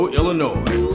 Illinois